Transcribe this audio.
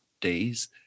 days